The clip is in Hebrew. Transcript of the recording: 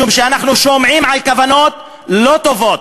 אנחנו שומעים על כוונות לא טובות,